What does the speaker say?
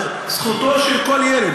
זכותו של כל ילד,